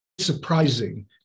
surprising